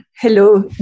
hello